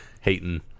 hating